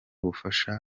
bufasha